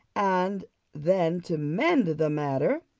and then, to mend the matter,